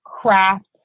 craft